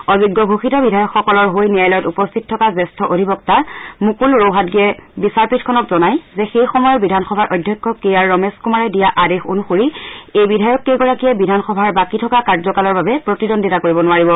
অযোগ্য ঘোষিত বিধায়কসকলৰ হৈ ন্যাযালয়ত উপস্থিত থকা জেঠ অধিবক্তা মুকুল ৰহাতগিয়ে বিচাৰপীঠখনক জনাই যে সেই সময়ৰ বিধানসভাৰ অধ্যক্ষ কে আৰ ৰমেশ কুমাৰে দিয়া আদেশ অনুসৰি এই বিধায়ক কেইগৰাকীয়ে বিধানসভাৰ বাকী থকা কাৰ্যকালৰ বাবে প্ৰতিদণ্ডিতা কৰিব নোৱাৰিব